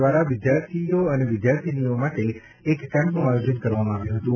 દ્વારા વિદ્યાર્થીઓ અને વિદ્યાર્થીનીઓ માટે એક કેમ્પનું આયોજન કરવામાં આવ્યું હતું